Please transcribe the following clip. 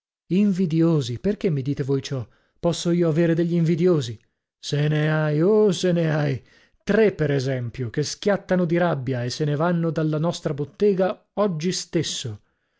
invidiosi invidiosi perchè mi dite voi ciò posso io avere degli invidiosi se ne hai oh se ne hai tre per esempio che schiattano di rabbia e se ne vanno dalla nostra bottega oggi stesso